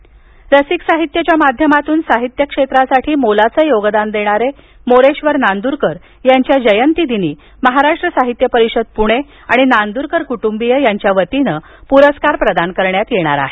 मसाप प्रस्कार रसिक साहित्य च्या माध्यमातून साहित्य क्षेत्रासाठी मोलाचे योगदान देणारे मोरेश्वर नांदूरकर यांच्या जयंती दिनी महाराष्ट्र साहित्य परिषद पुणे आणि नांद्रकर कुटुंबीय याच्या वतीने पुरस्कार प्रदान करण्यात येणार आहेत